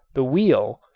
the wheel,